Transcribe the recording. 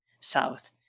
south